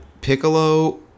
Piccolo